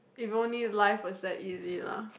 if only life was that easy lah